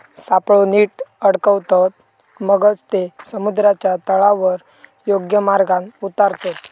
सापळो नीट अडकवतत, मगच ते समुद्राच्या तळावर योग्य मार्गान उतारतत